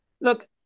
Look